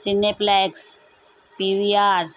Cineplex PVR